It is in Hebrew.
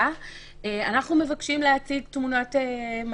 קארין, אני מבקש שתשאלי את כל